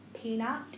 peanut